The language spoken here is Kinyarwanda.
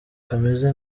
kameze